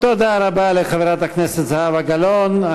תודה רבה לחברת הכנסת זהבה גלאון.